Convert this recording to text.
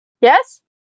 Yes